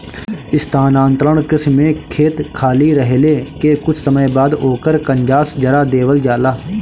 स्थानांतरण कृषि में खेत खाली रहले के कुछ समय बाद ओकर कंजास जरा देवल जाला